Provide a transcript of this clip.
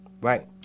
right